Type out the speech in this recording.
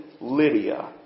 Lydia